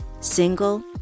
single